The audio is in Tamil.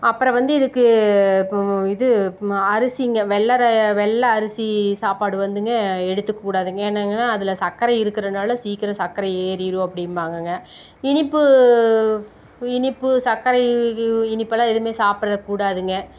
அப்புறம் வந்து இதுக்கு இது அரிசிங்க வெள்ளை அரிசி சாப்பாடு வந்துங்க எடுத்துக்ககூடாதுங்க ஏனுங்கனா அதில் சக்கரை இருக்கிறதுனால சீக்கிரம் சக்கரை ஏறிடும் அப்டிம்பாங்கங்க இனிப்பு இனிப்பு சக்கரை இனிப்பெல்லாம் எதுவுமே சாப்பிடக்கூடாதுங்க